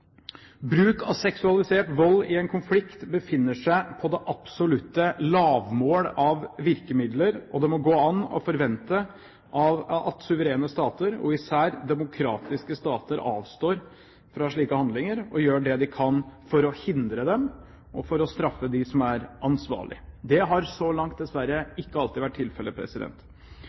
Bruk av seksualisert vold i en konflikt befinner seg på det absolutte lavmål av virkemidler, og det må gå an å forvente at suverene stater, og især demokratiske stater, avstår fra slike handlinger og gjør det de kan for å hindre dem og straffe de ansvarlige. Det har så langt dessverre ikke alltid vært tilfellet.